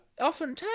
often